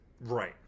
Right